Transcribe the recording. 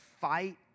fight